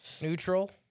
neutral